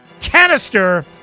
canister